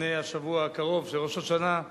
לפני השבוע הקרוב של ראש השנה,